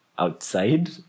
Outside